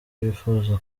bifuza